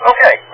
Okay